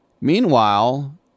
Meanwhile